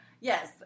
Yes